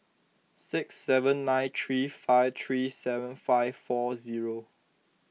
six seven nine three five three seven five four zero